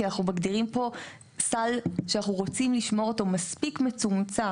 כי אנחנו מגדירים פה סל שאנחנו רוצים לשמור אותו מספיק מצומצם.